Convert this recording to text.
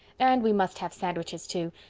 and we must have sandwiches too,